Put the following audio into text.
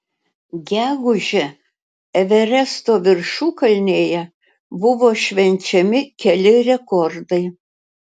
gegužę everesto viršukalnėje buvo švenčiami keli rekordai